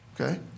Okay